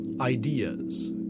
ideas